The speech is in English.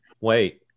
wait